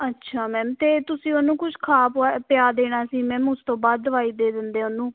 ਅੱਛਾ ਮੈਮ ਅਤੇ ਤੁਸੀਂ ਉਹਨੂੰ ਕੁਛ ਖਾ ਪੁਆ ਪਿਆ ਦੇਣਾ ਸੀ ਮੈਮ ਉਸ ਤੋਂ ਬਾਅਦ ਦਵਾਈ ਦੇ ਦਿੰਦੇ ਉਹਨੂੰ